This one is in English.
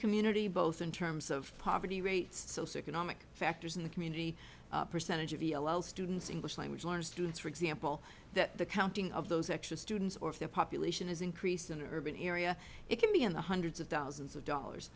community both in terms of poverty rate socio economic factors in the community percentage of students english language learners students for example that the counting of those extra students or their population is increased in urban area it can be in the hundreds of thousands of dollars